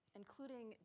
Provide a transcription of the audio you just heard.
including